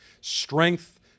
Strength